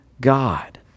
God